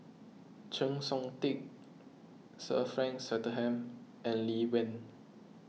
Chng Seok Tin Sir Frank Swettenham and Lee Wen